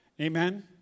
Amen